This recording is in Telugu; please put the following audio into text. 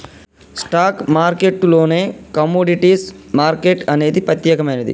స్టాక్ మార్కెట్టులోనే కమోడిటీస్ మార్కెట్ అనేది ప్రత్యేకమైనది